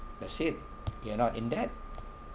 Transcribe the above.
that's it you're not in debt